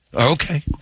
Okay